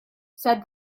said